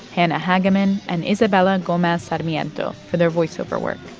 hannah hagemann and isabella gomez sarmiento for their voiceover work,